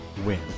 win